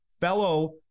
fellow